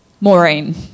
Maureen